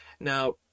Now